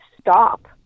stop